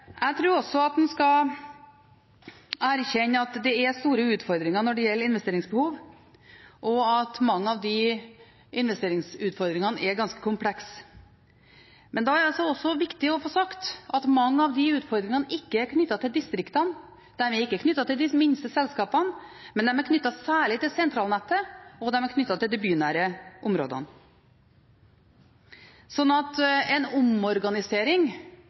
Jeg tror også at en skal erkjenne at det er store utfordringer når det gjelder investeringsbehov, og at mange av disse investeringsutfordringene er ganske komplekse. Men da er det viktig å få sagt at mange av disse utfordringene ikke er knyttet til distriktene, de er ikke knyttet til de minste selskapene, men de er knyttet særlig til sentralnettet, og de er knyttet til de bynære områdene. Så en omorganisering,